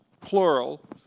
plural